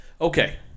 Okay